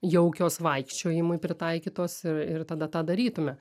jaukios vaikščiojimui pritaikytos ir ir tada tą darytume